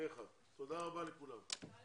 הצבעה אושר.